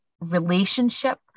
relationship